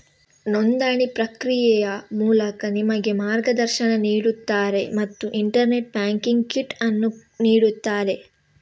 ನೋಂದಣಿ ಪ್ರಕ್ರಿಯೆಯ ಮೂಲಕ ನಿಮಗೆ ಮಾರ್ಗದರ್ಶನ ನೀಡುತ್ತಾರೆ ಮತ್ತು ಇಂಟರ್ನೆಟ್ ಬ್ಯಾಂಕಿಂಗ್ ಕಿಟ್ ಅನ್ನು ನೀಡುತ್ತಾರೆ